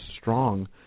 strong